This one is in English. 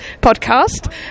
podcast